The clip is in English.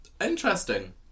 interesting